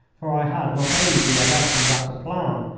for i had not only violette and rataplan,